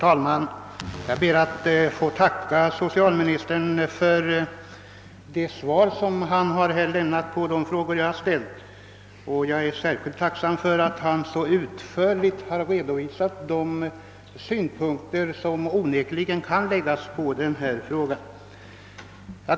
Herr talman! Jag tackar socialministern för hans svar på de frågor jag ställt, och jag är särskilt tacksam för att han så utförligt har redovisat de synpunkter som kan läggas på denna fråga.